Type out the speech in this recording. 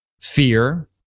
fear